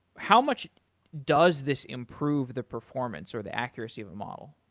how much does this improve the performance or the accuracy of of model.